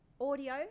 Audio